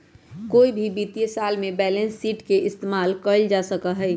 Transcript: कोई भी वित्तीय साल में बैलेंस शीट के इस्तेमाल कइल जा सका हई